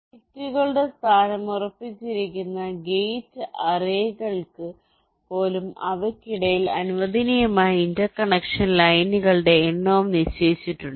ഗേറ്റുകളുടെ സ്ഥാനങ്ങൾ ഉറപ്പിച്ചിരിക്കുന്ന ഗേറ്റ് അറേകൾക്ക് പോലും അവയ്ക്കിടയിൽ അനുവദനീയമായ ഇന്റർകണക്ഷൻ ലൈനുകളുടെ എണ്ണവും നിശ്ചയിച്ചിട്ടുണ്ട്